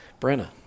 Brenna